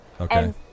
Okay